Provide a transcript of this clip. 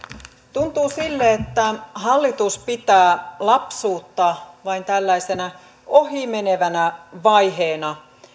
tuntuu siltä että hallitus pitää lapsuutta vain tällaisena ohimenevänä vaiheena